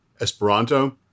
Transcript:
Esperanto